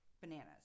Bananas